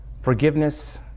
forgiveness